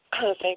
Thank